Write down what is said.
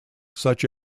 such